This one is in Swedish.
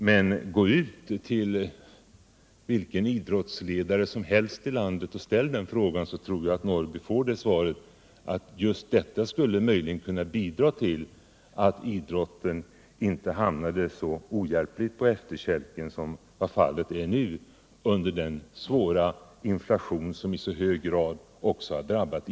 Men gå ut till vilken idrottsledare som helst i landet, Karl-Eric Norrby, och fråga om 8 miljoner betyder någonting eller inte, så tror jag svaret blir att dessa pengar möjligen skulle kunna bidra till att idrotten inte hamnade så ohjälpligt på efterkälken som fallet är nu med den svåra inflationen som i så hög grad drabbar också idrotten.